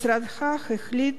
משרדך החליט